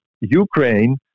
Ukraine